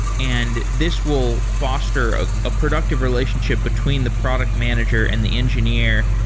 and this will foster ah a productive relationship between the product manager and the engineer,